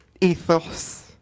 ethos